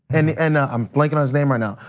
and and i'm blanking his name right now.